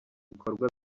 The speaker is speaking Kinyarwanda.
ibikorwa